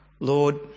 Lord